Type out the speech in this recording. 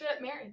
married